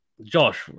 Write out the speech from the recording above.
Josh